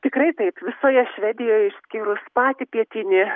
tikrai taip visoje švedijoj išskyrus patį pietinį